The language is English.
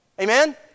Amen